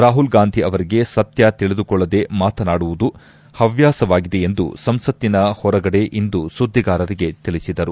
ರಾಹುಲ್ ಗಾಂಧಿ ಅವರಿಗೆ ಸತ್ತ ತಿಳಿದುಕೊಳ್ಳದೇ ಮಾತನಾಡುವುದು ಹವ್ಯಾಸವಾಗಿದೆ ಎಂದು ಸಂಸತ್ತಿನ ಹೊರಗಡೆ ಇಂದು ಸುದ್ದಿಗಾರರಿಗೆ ತಿಳಿಸಿದರು